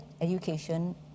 education